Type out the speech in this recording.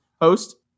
host